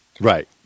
Right